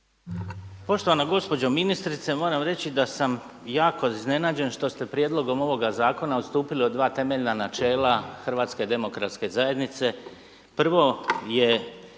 Poštovana gospođo ministrice, moram reći da sam jako iznenađen što ste prijedlogom ovoga zakona odstupili od dva temeljna načela HDZ-a. Prvo je načelo